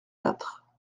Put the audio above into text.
quatre